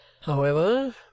However